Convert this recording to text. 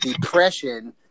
depression